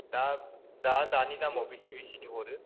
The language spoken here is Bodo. दा दा दानि दामाव बेसे बेसेनि हरो